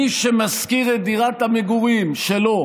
מי שמשכיר את דירת המגורים שלו